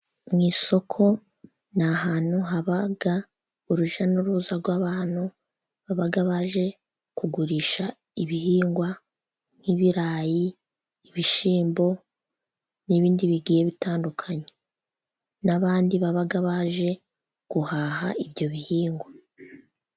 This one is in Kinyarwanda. Mu isoko ni ahantu haba urujya n'uruza rw'abantu baba baje kugurisha ibihingwa nk'ibirayi ibishyimbo n'ibindi bigiye bitandukanye,, n'abandi baba baje guhaha ibyo bihingwa.